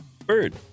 Bird